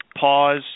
pause